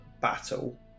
battle